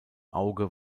auge